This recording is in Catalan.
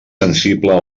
sensible